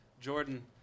Jordan